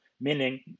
Meaning